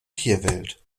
tierwelt